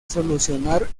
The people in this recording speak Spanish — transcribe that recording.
solucionar